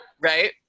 Right